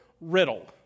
riddle